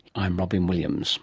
i'm robyn williams